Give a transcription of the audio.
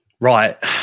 right